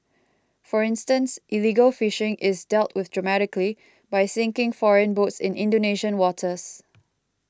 for instance illegal fishing is dealt with dramatically by sinking foreign boats in Indonesian waters